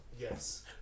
Yes